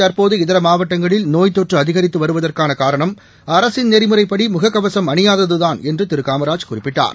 தற்போது இதர மாவட்டங்களில் நோய் தொற்று அதிகரித்து வருவதற்கான காரணம் நெறிமுறைப்படி முக கவசம் அணியாததுதான் என்று திரு காமராஜ் குறிப்பிட்டார்